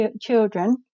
children